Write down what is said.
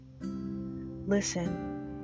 Listen